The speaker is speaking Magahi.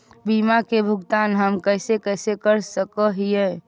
बीमा के भुगतान हम कैसे कैसे कर सक हिय?